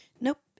Nope